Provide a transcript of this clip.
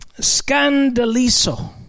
Scandalizo